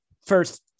first